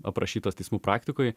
aprašytos teismų praktikoj